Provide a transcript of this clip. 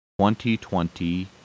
2020